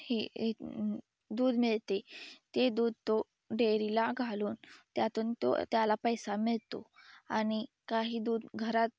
हे एक दूध मिळते ते दूध तो डेरीला घालून त्यातून तो त्याला पैसा मिळतो आणि काही दूध घरात